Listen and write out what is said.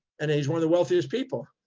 and he's one of the wealthiest people.